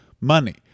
money